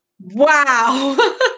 wow